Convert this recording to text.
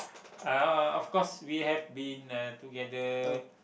uh of course we have been uh together